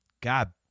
god